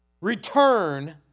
return